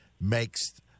makes